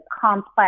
complex